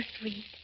sweet